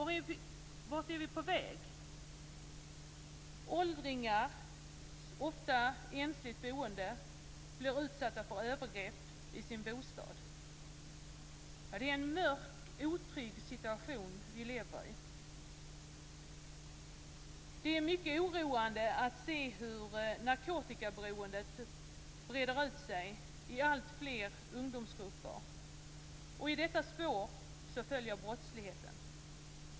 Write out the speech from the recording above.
Vart är vi på väg? Åldringar, ofta ensligt boende, blir utsatta för övergrepp i sin bostad. Ja, det är en mörk otrygg situation vi lever i. Det är mycket oroande att se hur narkotikaberoendet breder ut sig i alltfler ungdomsgrupper, och i detta spår följer brottsligheten.